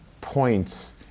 points